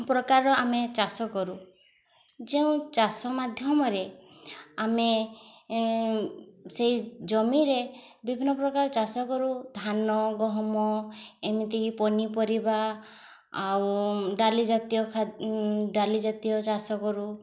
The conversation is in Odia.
ପ୍ରକାର ଆମେ ଚାଷ କରୁ ଯେଉଁ ଚାଷ ମାଧ୍ୟମରେ ଆମେ ସେଇ ଜମିରେ ବିଭିନ୍ନ ପ୍ରକାର ଚାଷ କରୁ ଧାନ ଗହମ ଏମିତିକି ପନିପରିବା ଆଉ ଡାଲି ଜାତୀୟ ଡାଲି ଜାତୀୟ ଚାଷ କରୁ